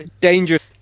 dangerous